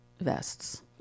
vests